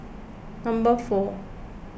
number four